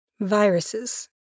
Viruses